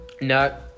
No